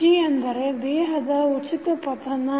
g ಅಂದರೆ ದೇಹದ ಉಚಿತ ಪತನ